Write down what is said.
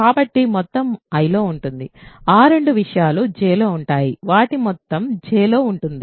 వాటి కూడిక మొత్తం Iలో ఉంటుంది ఆ రెండు విషయాలు Jలో ఉన్నాయి వాటి కూడిక మొత్తం Jలో ఉంటుంది